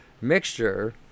mixture